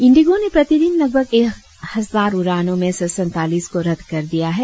इंडिगों ने प्रतिदिन लगभग एक हजार उड़ानों में से सैंतालीस को रद्द कर दिया है